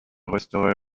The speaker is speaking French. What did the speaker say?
resterai